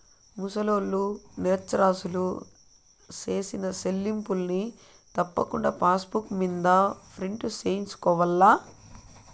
ముసలోల్లు, నిరచ్చరాసులు సేసిన సెల్లింపుల్ని తప్పకుండా పాసుబుక్ మింద ప్రింటు సేయించుకోవాల్ల